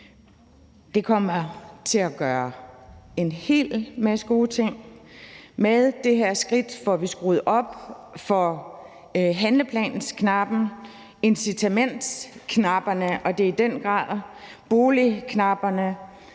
Det kommer til at gøre en hel masse gode ting. Med det her skridt får vi skruet på handleplansknappen, incitamentsknapperne, og det er